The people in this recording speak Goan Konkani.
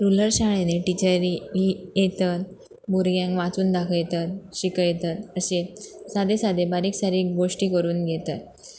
रुरल शाळेनी टिचरी येत भुरग्यांक वाचून दाखयतात शिकयतात अशे सादे सादे बारीक सारीक गोश्टी करून घेतात